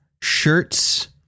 shirts